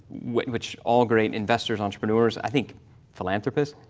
which which all great investors, entrepreneurs, i think philanthropists,